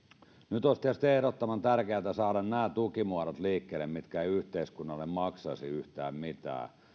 nyt olisi tietysti ehdottoman tärkeätä saada liikkeelle nämä tukimuodot mitkä eivät yhteiskunnalle maksaisi yhtään mitään